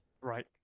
Right